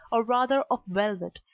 or rather of velvet,